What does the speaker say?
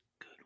good